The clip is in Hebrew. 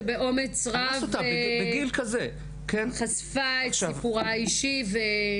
שבאומץ רב חשפה את סיפורה האישי.